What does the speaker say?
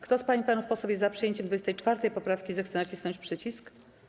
Kto z pań i panów posłów jest za przyjęciem 24. poprawki, zechce nacisnąć przycisk.